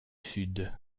sud